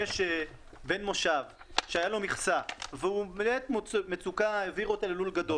בן מושב שהייתה לו מכסה והוא בעת מצוקה העביר אותה ללול גדול